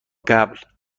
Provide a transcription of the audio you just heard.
قبل